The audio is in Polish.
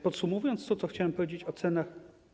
Podsumowując to, co chciałem powiedzieć o cenach.